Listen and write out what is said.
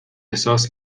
احساس